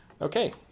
Okay